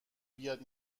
بیاد